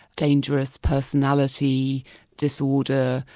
dangerous personality disorder,